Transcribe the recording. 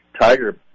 Tiger